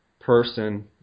person